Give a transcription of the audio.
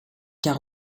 car